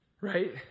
Right